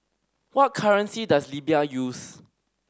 what currency does Libya use